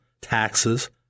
taxes